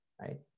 right